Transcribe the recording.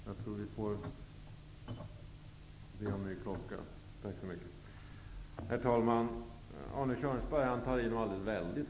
Herr talman! Jag tycker att Arne Kjörnsberg tog i alldeles väldigt.